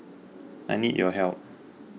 I need your help